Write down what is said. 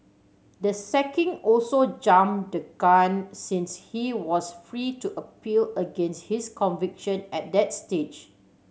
the sacking also jumped the gun since he was free to appeal against his conviction at that stage